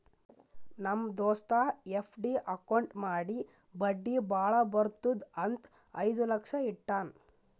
ನಮ್ ದೋಸ್ತ FD account ಮಾಡಿ ಬಡ್ಡಿ ಭಾಳ ಬರ್ತುದ್ ಅಂತ್ ಐಯ್ದ ಲಕ್ಷ ಇಟ್ಟಾನ್